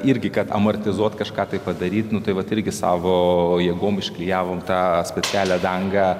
irgi kad amortizuoti kažką tai padaryti nu tai vat irgi savo jėgom užklijavome tą specialią dangą